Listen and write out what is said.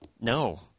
No